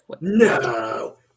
No